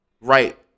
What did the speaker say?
right